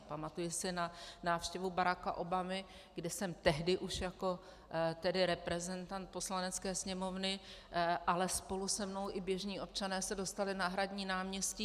Pamatuji si na návštěvu Baracka Obamy, kde jsem se tehdy už jako reprezentant Poslanecké sněmovny, ale spolu se mnou i běžní občané, dostala na hradní náměstí.